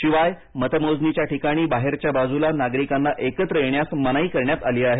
शिवाय मतमोजणीच्या ठिकाणी बाहेरच्या बाजूला नागरिकांना एकत्र येण्यास मनाई करण्यात आली आहे